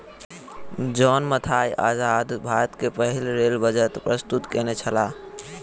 John Mathai आजाद भारत के पहिल रेल बजट प्रस्तुत केनई छला